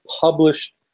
published